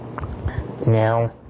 Now